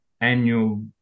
annual